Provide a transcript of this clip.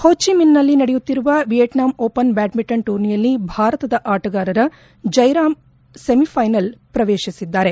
ಹೊ ಚಿ ಮಿನ್ನಲ್ಲಿ ನಡೆಯುತ್ತಿರುವ ವಿಯೆಟ್ನಾಂ ಓಪನ್ ಬ್ಯಾಡ್ನಿಂಟನ್ ಟೂರ್ನಿಯಲ್ಲಿ ಭಾರತದ ಆಟಗಾರರ ಜಯರಾಮ್ ಸೆಮಿಫೈನಲ್ ಪ್ರವೇಶಿಸಿದ್ದಾರೆ